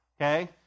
Okay